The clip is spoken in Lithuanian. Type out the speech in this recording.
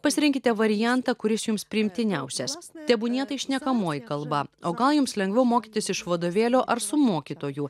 pasirinkite variantą kuris jums priimtiniausias tebūnie tai šnekamoji kalba o gal jums lengviau mokytis iš vadovėlio ar su mokytojų